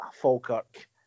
Falkirk